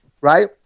right